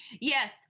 Yes